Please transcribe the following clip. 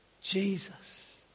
Jesus